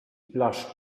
blushed